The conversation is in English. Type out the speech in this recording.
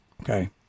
Okay